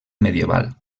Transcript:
medieval